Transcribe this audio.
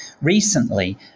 recently